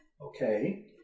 Okay